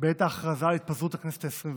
בעת ההכרזה על התפזרות הכנסת העשרים-ואחת.